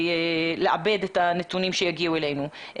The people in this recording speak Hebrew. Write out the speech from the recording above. וזאת כדי לעבד את הנתונים שיגיעו אלינו.